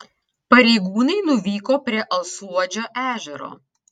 pareigūnai nuvyko prie alsuodžio ežero